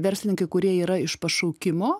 verslininkai kurie yra iš pašaukimo